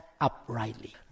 uprightly